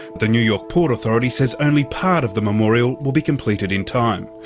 the new york port authority says only part of the memorial will be completed in time.